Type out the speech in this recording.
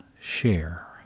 share